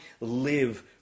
live